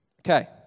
Okay